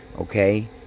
Okay